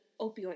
opioid